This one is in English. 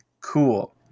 cool